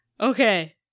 okay